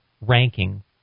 ranking